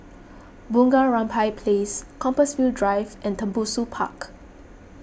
Bunga Rampai Place Compassvale Drive and Tembusu Park